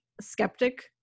skeptic